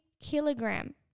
kilogram